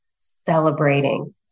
celebrating